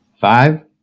five